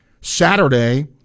Saturday